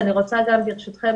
וברשותכם,